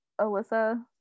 Alyssa